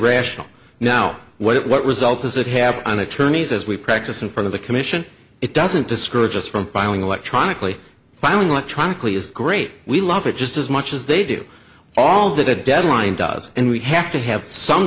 rational now what result is it have an attorneys as we practice in front of the commission it doesn't discourage us from filing electronically filing electronically is great we love it just as much as they do all the deadline does and we have to have some